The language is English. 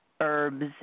herbs